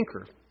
anchor